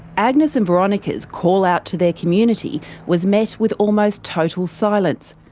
agnes and veronica's callout to their community was met with almost total silence.